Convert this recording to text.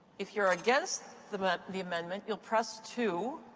if you're against the but the amendment, you'll press two.